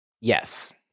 Yes